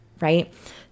right